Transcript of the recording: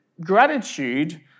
gratitude